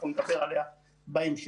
אנחנו נדבר עליה בהמשך.